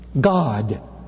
God